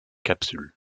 capsules